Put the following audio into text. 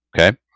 Okay